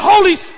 Holy